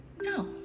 No